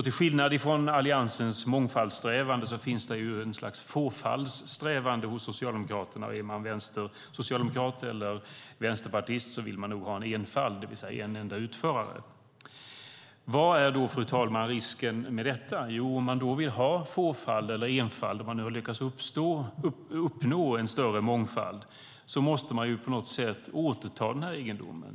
Till skillnad från Alliansens mångfaldssträvande finns det ett slags "fåfaldssträvande" hos Socialdemokraterna. Och är man vänstersocialdemokrat eller Vänsterpartist vill man nog ha en enfald, det vill säga en enda utförare. Vad är då, fru talman, risken med detta? Jo, om man vill ha "fåfald" eller enfald, och man nu har lyckats uppnå en större mångfald, måste man på något sätt återta den här egendomen.